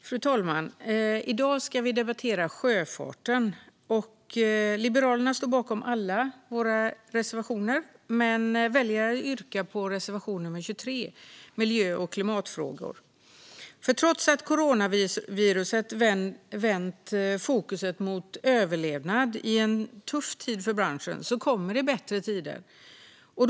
Fru talman! I dag debatterar vi sjöfarten. Liberalerna står bakom alla våra reservationer men väljer att yrka bifall endast till reservation nr 23, Vissa miljö och klimatfrågor. Trots att coronaviruset har vänt fokuset mot överlevnad i en tuff tid för branschen kommer det nämligen bättre tider.